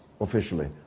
officially